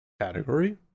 category